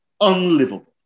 unlivable